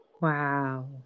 Wow